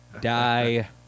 Die